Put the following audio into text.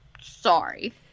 sorry